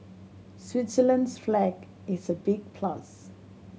Switzerland's flag is a big plus